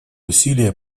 усилия